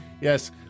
Yes